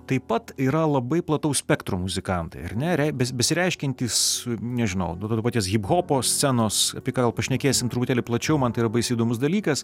taip pat yra labai plataus spektro muzikantai ar be rei be besireiškiantys nežinau nuo to paties hiphopo scenos apie ką jau pašnekėsim truputėlį plačiau man tai yra baisiai įdomus dalykas